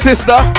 Sister